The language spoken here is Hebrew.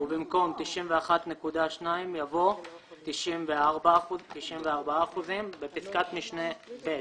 ובמקום "91.2%" יבוא "94%"; בפסקת משנה (ב),